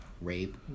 rape